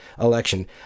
election